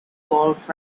golf